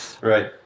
right